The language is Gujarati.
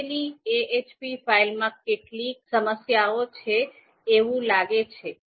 બનાવેલી ahp ફાઈલમાં કેટલીક સમસ્યાઓ છે એવું લાગે છે